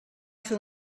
fer